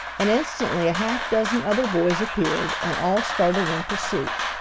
and instantly a half-dozen other boys appeared, and all started in pursuit.